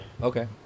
Okay